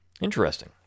Interesting